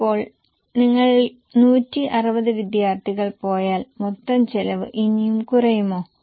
ഇപ്പോൾ നിങ്ങൾ 160 വിദ്യാർത്ഥികൾ പോയാൽ മൊത്തം ചെലവ് ഇനിയും കുറയുമോ